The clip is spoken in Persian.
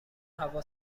هوا